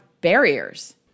barriers